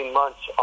months